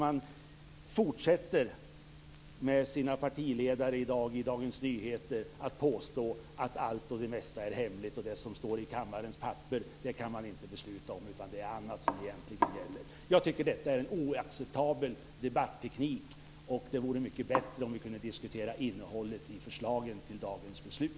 Man fortsätter i stället att liksom sina partiledare i Dagens Nyheter i dag påstå att det mesta är hemligt, att man inte kan besluta om det som står i kammarens papper utan att det är annat som gäller. Jag tycker att detta är en oacceptabel debatteknik. Det vore bättre om vi kunde diskutera innehållet i förslagen till dagens beslut.